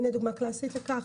הנה דוגמה קלאסית לכך,